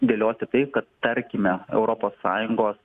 dėlioti tai kad tarkime europos sąjungos